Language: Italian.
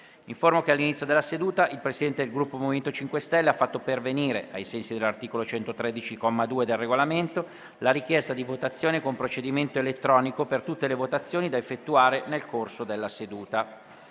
che all'inizio della seduta il Presidente del Gruppo MoVimento 5 Stelle ha fatto pervenire, ai sensi dell'articolo 113, comma 2, del Regolamento, la richiesta di votazione con procedimento elettronico per tutte le votazioni da effettuare nel corso della seduta.